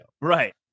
Right